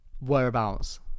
Whereabouts